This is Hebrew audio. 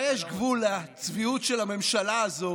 אבל יש גבול לצביעות של הממשלה הזו,